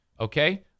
Okay